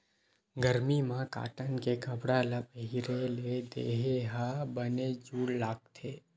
गरमी म कॉटन के कपड़ा ल पहिरे ले देहे ह बने जूड़ लागथे